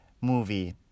movie